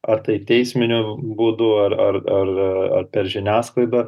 ar tai teisminiu būdu ar ar ar ar per žiniasklaidą